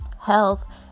health